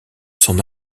s’en